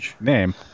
name